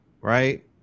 right